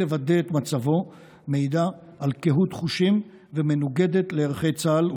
לוודא את מצבו מעידה על קהות חושים ומנוגדת לערכי צה"ל,